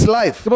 life